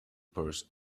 purse